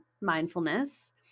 mindfulness